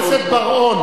חבר הכנסת בר-און.